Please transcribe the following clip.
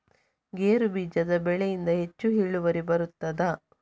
ಗೇರು ಬೀಜದ ಬೆಳೆಯಿಂದ ಹೆಚ್ಚು ಇಳುವರಿ ಬರುತ್ತದಾ?